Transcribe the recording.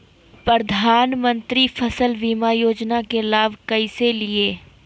प्रधानमंत्री फसल बीमा योजना के लाभ कैसे लिये?